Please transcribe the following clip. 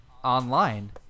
Online